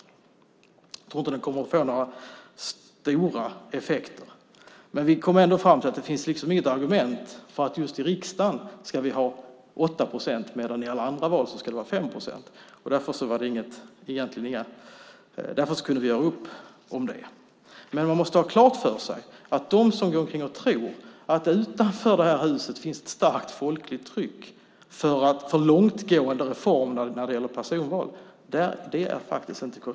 Jag tror inte att det kommer att få några stora effekter. Men vi kom ändå fram till att det inte fanns något argument för att vi just i riksdagsval ska ha en spärr på 8 procent men att vi i alla andra val ska ha en spärr på 5 procent. Därför kunde vi göra upp om det. Men man måste ha klart för sig att det inte är korrekt att det utanför detta hus finns ett starkt folkligt tryck för långtgående reformer när det gäller personval. Det finns de som tror det.